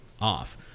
off